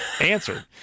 answered